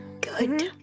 Good